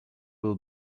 will